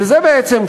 וזה בעצם,